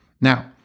Now